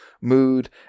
mood